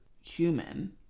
human